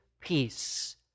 peace